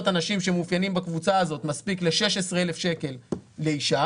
הנשים שמאופיינות בקבוצה הזאת ל-16,000 שקלים לאישה